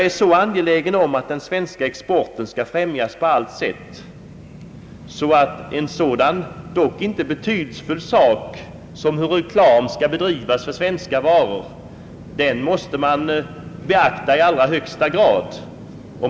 Är man angelägen om att den svenska exporten skall främjas på allt sätt måste man i allra högsta grad beakta en sådan inte betydelselös sak som hur reklamen för svenska varor skall bedrivas.